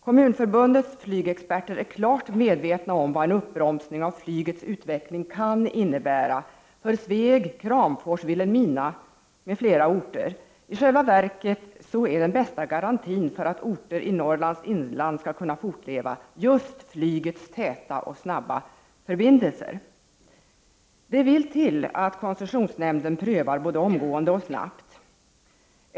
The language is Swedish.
Kommunförbundets flygexperter är klart medvetna om vad en uppbromsning av flygets utveckling kan innebära för Sveg, Kramfors, Vilhelmina med flera orter. I själva verket är den bästa garantin för att orter i Norrlands inland skall kunna fortleva just flygets täta och snabba förbindelser. Det vill till att koncessionsnämnden prövar både omgående och snabbt.